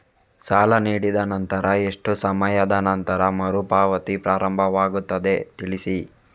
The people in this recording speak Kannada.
ಸಾಲ ನೀಡಿದ ನಂತರ ಎಷ್ಟು ಸಮಯದ ನಂತರ ಮರುಪಾವತಿ ಪ್ರಾರಂಭವಾಗುತ್ತದೆ ತಿಳಿಸಿ?